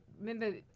remember